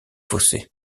fossé